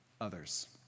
others